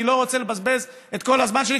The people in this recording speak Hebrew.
אני לא רוצה לבזבז את כל הזמן שלי,